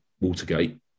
Watergate